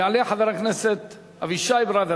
יעלה חבר הכנסת אבישי ברוורמן.